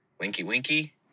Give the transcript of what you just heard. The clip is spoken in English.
Winky-winky